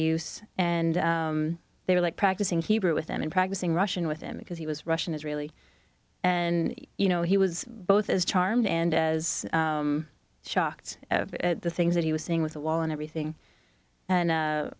e and they were like practicing hebrew with him and practicing russian with him because he was russian israeli and you know he was both as charmed and as shocked at the things that he was seeing with the wall and everything and